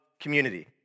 community